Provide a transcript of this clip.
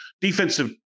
defensive